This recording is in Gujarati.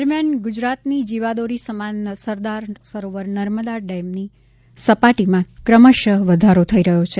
દરમિયાન ગુજરાતની જીવાદોરી સમાન સરદાર સરોવર નર્મદા ડેમની સપાટીમાં ક્રમશઃ વધારો થઈ રહ્યો છે